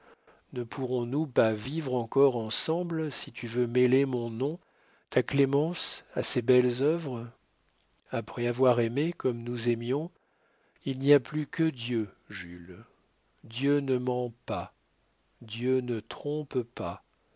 ne pourrons-nous pas vivre encore ensemble si tu veux mêler mon nom ta clémence à ces belles œuvres après avoir aimé comme nous aimions il n'y a plus que dieu jules dieu ne ment pas dieu ne trompe pas